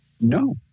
No